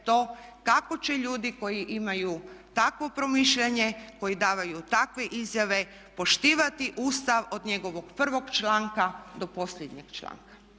to kako će ljudi koji imaju takvo promišljanje, koji daju takve izjave poštivati Ustav od njegovog prvog članka do posljednjeg.